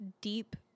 deep